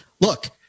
look